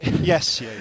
Yes